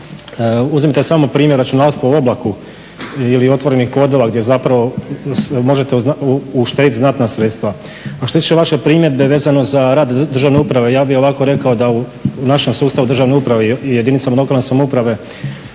Uzmite samo primjer … /Govornik se ne razumije./… ili otvorenih kodova gdje zapravo možete uštedjeti znatna sredstva. A što se tiče vaše primjedbe vezano za rad državne uprave, ja bih ovako rekao, da u našem sustavu državne uprave i jedinicama lokalne samouprave